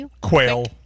Quail